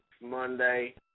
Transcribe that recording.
Monday